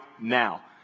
now